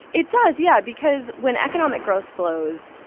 it does, yeah, because when economic growth slows,